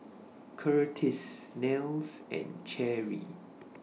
Curtis Nels and Cherry